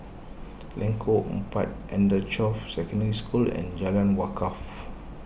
Lengkong Empat Anchorvale Secondary School and Jalan Wakaff